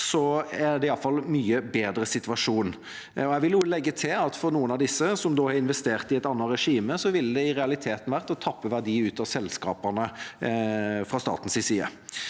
er det iallfall en mye bedre situasjon. Jeg vil legge til at for noen av disse, som da har investert i et annet regime, ville det i realiteten vært å tappe verdi ut av selskapene fra statens side.